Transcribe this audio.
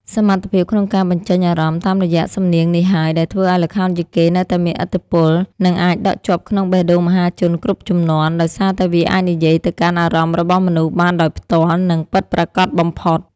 សមត្ថភាពក្នុងការបញ្ចេញអារម្មណ៍តាមរយៈសំនៀងនេះហើយ ដែលធ្វើឱ្យល្ខោនយីកេនៅតែមានឥទ្ធិពល និងអាចដក់ជាប់ក្នុងបេះដូងមហាជនគ្រប់ជំនាន់ ដោយសារតែវាអាចនិយាយទៅកាន់អារម្មណ៍របស់មនុស្សបានដោយផ្ទាល់ និងពិតប្រាកដបំផុត។